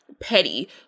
petty